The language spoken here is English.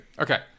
Okay